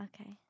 Okay